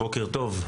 בוקר טוב.